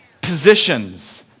Positions